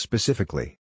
Specifically